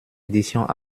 éditions